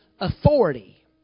authority